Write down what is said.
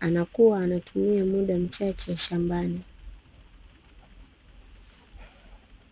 anakuwa anatumia muda mchache shambani.